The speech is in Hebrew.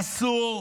אסור,